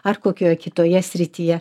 ar kokioje kitoje srityje